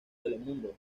telemundo